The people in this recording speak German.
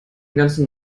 ganzen